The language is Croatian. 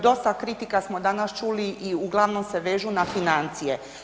Dosta kritika smo danas čuli i uglavnom se vežu na financije.